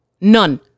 none